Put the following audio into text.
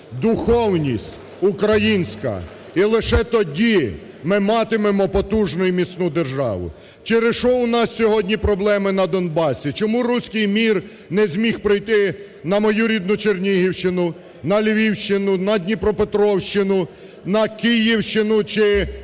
духовність – українська. І лише тоді ми матимемо потужну і міцну державу. Через що у нас сьогодні проблеми на Донбасі? Чому "руський мир" не зміг прийти на мою рідну Чернігівщину? На Львівщину, на Дніпропетровщину, на Київщину, чи